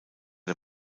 der